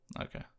Okay